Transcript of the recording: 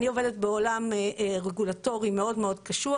אני עובדת בעולם רגולטורי מאוד קשוח.